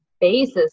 basis